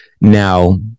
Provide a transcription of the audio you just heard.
now